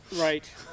Right